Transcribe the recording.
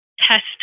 test